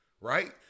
right